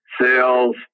sales